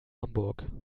hamburg